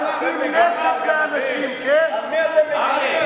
מחלקים נשק לאנשים, לא מגינים.